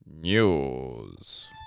news